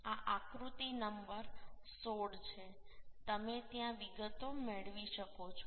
આ આકૃતિ નંબર 16 છે તમે ત્યાં વિગતો મેળવી શકો છો